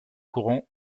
courants